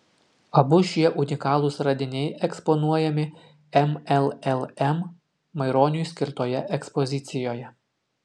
abu šie unikalūs radiniai eksponuojami mllm maironiui skirtoje ekspozicijoje